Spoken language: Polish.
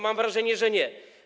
Mam wrażenie, że nie.